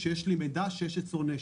שיש לי מידע שיש אצלו נשק,